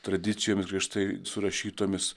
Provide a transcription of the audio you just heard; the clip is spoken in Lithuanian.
tradicijomis griežtai surašytomis